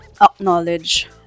acknowledge